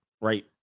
right